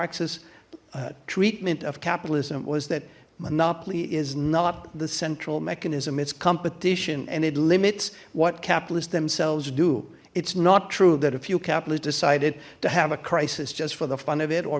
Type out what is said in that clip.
s treatment of capitalism was that monopoly is not the central mechanism it's competition and it limits what capitalists themselves do it's not true that a few capitalist decided to have a crisis just for the fun of it or